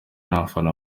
n’abafana